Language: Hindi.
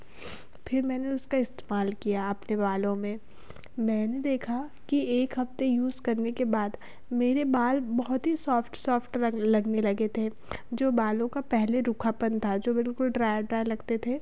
फिर मैंने उसका इस्तेमाल किया अपने बालों में मैंने देखा कि एक हफ़्ते यूज़ करने के बाद मेरे बाल बहुत ही सॉफ़्ट सॉफ़्ट लगने लगे थे जो बालों का पहले रूखापन था जो बिलकुल ड्राय ड्राय लगते थे